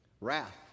Wrath